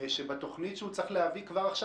שזה יהיה בתוכנית שהוא צריך להביא כבר עכשיו.